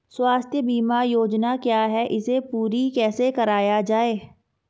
स्वास्थ्य बीमा योजना क्या है इसे पूरी कैसे कराया जाए?